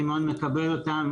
אני מאוד מקבל אותם.